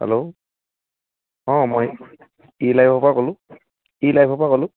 hello অঁ মই ই লাইভৰ পৰা ক'লোঁ ই লাইভৰ পৰা ক'লোঁ